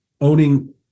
owning